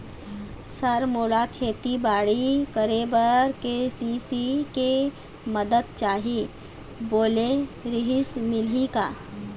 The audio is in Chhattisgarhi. सर मोला खेतीबाड़ी करेबर के.सी.सी के मंदत चाही बोले रीहिस मिलही का?